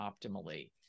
optimally